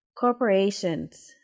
corporations